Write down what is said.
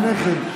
הנכד.